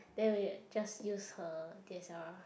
then we just use her D_S_L_R